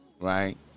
Right